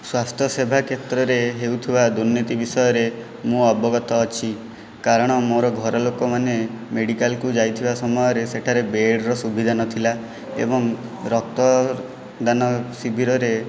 ସ୍ୱାସ୍ଥ୍ୟସେବା କ୍ଷେତ୍ରରେ ହେଉଥିବା ଦୁର୍ନୀତି ବିଷୟରେ ମୁଁ ଅବଗତ ଅଛି କାରଣ ମୋର ଘର ଲୋକମାନେ ମେଡ଼ିକାଲକୁ ଯାଇଥିବା ସମୟରେ ସେଠାରେ ବେଡ଼୍ର ସୁବିଧା ନଥିଲା ଏବଂ ରକ୍ତଦାନ ଶିବିରରେ